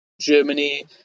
Germany